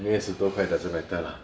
anyway 十多块 doesn't matter lah